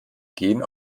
gen